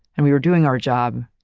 and we were doing our job,